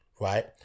Right